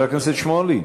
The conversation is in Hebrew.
אדוני.